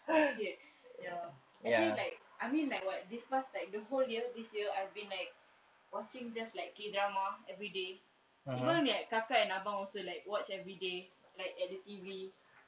here ya actually like I mean like what this was like the whole year this year I've been like watching just like K drama everyday even me and kakak and abang also like watch everyday like at the T_V